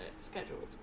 scheduled